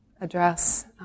address